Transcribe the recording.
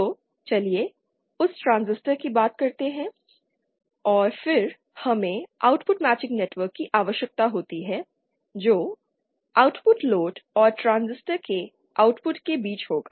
तो चलिए उस ट्रांजिस्टर की बात करते हैं और फिर हमें आउटपुट मैचिंग नेटवर्क की आवश्यकता होती है जो आउटपुट लोड और ट्रांजिस्टर के आउटपुट के बीच होगा